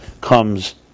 comes